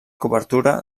cobertura